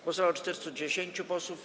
Głosowało 410 posłów.